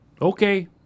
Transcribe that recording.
Okay